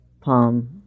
palm